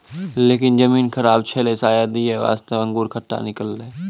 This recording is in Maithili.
लेकिन जमीन खराब छेलै शायद यै वास्तॅ अंगूर खट्टा निकललै